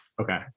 Okay